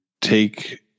take